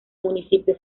municipio